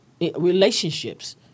Relationships